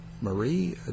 marie